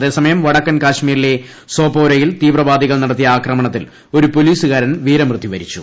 അതേസമയം വടക്കൻ കാശ്മീരിലെ സോപ്പോര്യിൽ തീവ്രവാദികൾ നടത്തിയ ആക്രമണത്തിൽ ഒരു ്പ്ടോലീസുകാരൻ വീരമൃത്യുവരിച്ചു